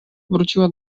wróciła